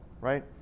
right